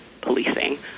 policing